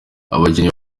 abakinnyi